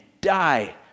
die